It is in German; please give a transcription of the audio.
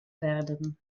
werden